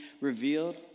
revealed